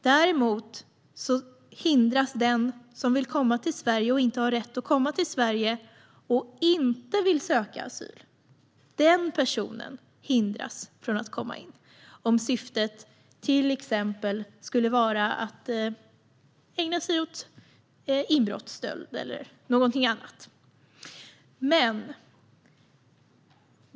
Däremot hindras den person som vill komma till Sverige, men som inte har rätt att komma till Sverige och som inte vill söka asyl, från att komma in om syftet till exempel skulle vara att ägna sig åt inbrottsstölder eller någonting annat.